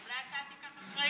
אולי אתה תיקח אחריות?